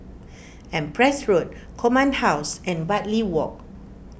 Empress Road Command House and Bartley Walk